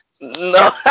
No